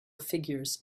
figures